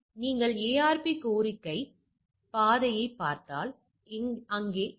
எனவே வெளிப்படையாக இங்கே சோதனை புள்ளிவிவரங்கள் என்ன